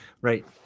right